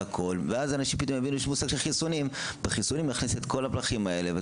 כך נכניס את כל הדברים האלה.